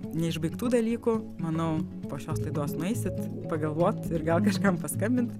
neišbaigtų dalykų manau po šios laidos nueisit pagalvot ir gal kažkam paskambint